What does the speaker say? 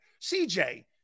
CJ